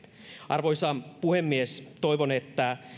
arvoisa puhemies toivon että myös